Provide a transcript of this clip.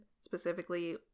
specifically